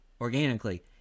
organically